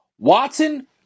Watson